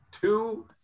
two